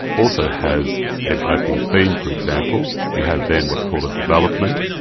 also has an opening theme, for example. you have then what's called a development,